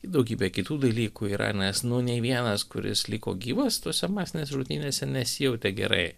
daugybė kitų dalykų yra nes nu nė vienas kuris liko gyvas tose masinėse žudynėse nesijautė gerai